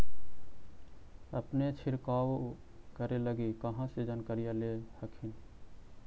अपने छीरकाऔ करे लगी कहा से जानकारीया ले हखिन?